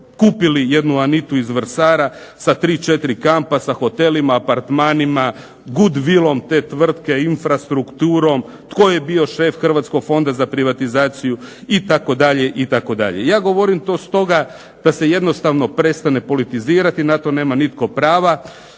kupili jednu Anitu iz Vrsara sa 3, 4 kampa, sa hotelima, apartmanima, gudvilom te tvrtke, infrastrukturom, tko je bio šef Hrvatskog fonda za privatizaciju itd., itd. Ja govorim to stoga da se jednostavno prestane politizirati, na to nema nitko prava.